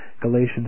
Galatians